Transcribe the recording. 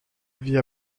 vit